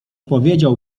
powiedział